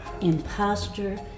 imposter